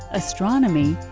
astronomy,